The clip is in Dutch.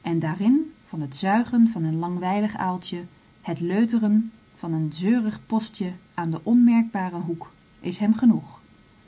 en daarin van het zuigen van een langwijlig aaltje het leuteren van een zeurig postje aan den onmerkbaren hoek is hem genoeg